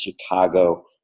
chicago